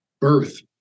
birth